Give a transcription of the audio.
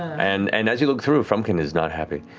and and as you look through, frumpkin is not happy.